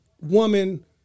woman